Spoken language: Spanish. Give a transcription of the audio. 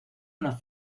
una